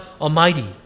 Almighty